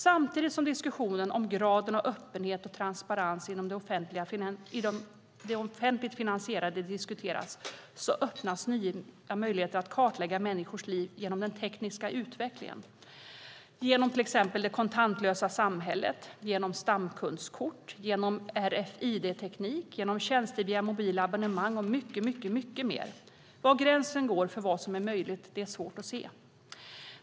Samtidigt som diskussionen om graden av öppenhet och transparens inom det offentligt finansierade diskuteras öppnas nya möjligheter att kartlägga människors liv genom den tekniska utvecklingen - till exempel genom det kontantlösa samhället, genom stamkundskort, genom RFID-teknik, genom tjänster via mobila abonnemang och mycket mer. Var gränsen går för vad som är möjligt är svårt att se.